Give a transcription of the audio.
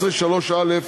16(3)(א)